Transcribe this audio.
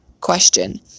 Question